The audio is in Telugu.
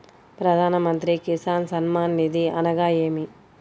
ప్రధాన మంత్రి కిసాన్ సన్మాన్ నిధి అనగా ఏమి?